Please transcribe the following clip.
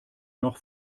noch